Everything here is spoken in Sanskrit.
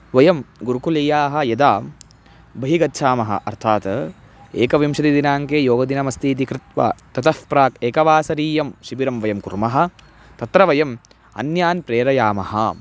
वयं गुरुकुलीयाः यदा बहि गच्छामः अर्थात् एकविंशतिदिनाङ्के योगदिनमस्ति इति कृत्वा ततः प्राक् एकवासरीयं शिबिरं वयं कुर्मः तत्र वयम् अन्यान् प्रेरयामः